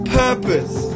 purpose